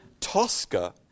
Tosca